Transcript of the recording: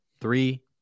Three